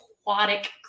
aquatic